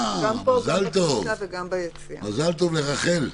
אה, מזל טוב לרח"ל.